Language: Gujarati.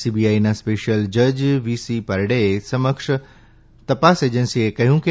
સીબીઆઈના સ્પેશિયલ જજ વીપારડેએ સમક્ષ તપાસ એજન્સીએ કહ્યું છે કે